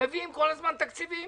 מביאים כל הזמן תקציבים.